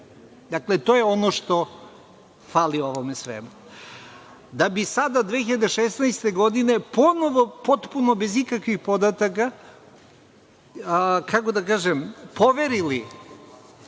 Dakle, to je ono što fali ovome svemu. Da bi sada 2016. godine ponovo potpuno bez ikakvih podataka, kako da kažem, poverili